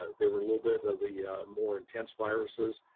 they were a little bit of the more intense viruses.